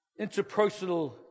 interpersonal